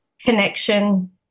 connection